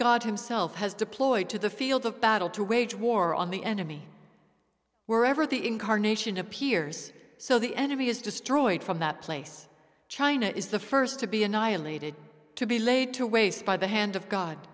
god himself has deployed to the field of battle to wage war on the enemy were ever the incarnation appears so the enemy is destroyed from that place china is the first to be annihilated to be laid to waste by the hand of god